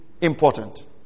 important